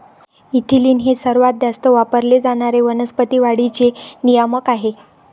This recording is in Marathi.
इथिलीन हे सर्वात जास्त वापरले जाणारे वनस्पती वाढीचे नियामक आहे